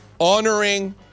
Honoring